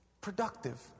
productive